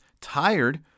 tired